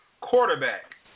quarterback